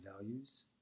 values